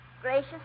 gracious